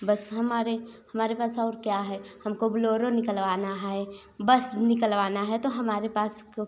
बस हमारे हमारे पास और क्या है हमको ब्लोरो निकलवाना है बस निकलवाना है तो हमारे पास तो